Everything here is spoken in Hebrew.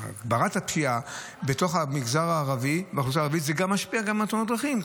במגזר הערבי משפיע גם על תאונות הדרכים.